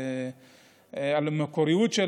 למקוריות,